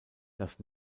das